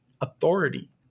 authority